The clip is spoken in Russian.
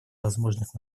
возможных